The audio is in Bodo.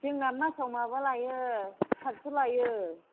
जोंना मासाव माबा लायो सातस' लायो